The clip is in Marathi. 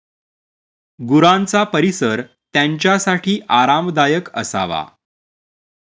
गुरांचा परिसर त्यांच्यासाठी आरामदायक असावा